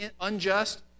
unjust